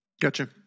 Gotcha